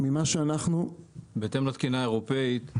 בהתאם לתקינה האירופאית,